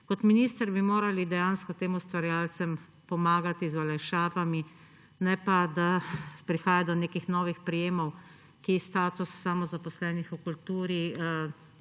Kot minister bi morali dejansko tem ustvarjalcem pomagati z olajšavami, ne pa, da prihaja do nekih novih prejemov, ki status samozaposlenih v kulturi